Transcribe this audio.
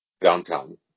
downtown